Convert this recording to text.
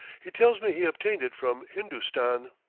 he tells me he obtained it from hindostan.